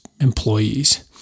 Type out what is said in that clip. employees